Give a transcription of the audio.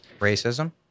racism